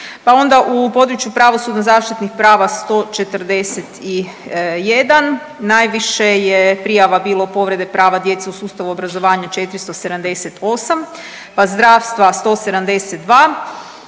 pa onda u području pravosudnozaštitnih prava 141. Najviše je prijava bilo povreda prava djece u sustavu u obrazovanju 478, pa zdravstva 172,